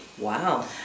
Wow